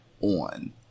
on